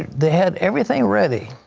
they had everything ready.